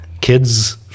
kids